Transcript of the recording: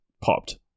popped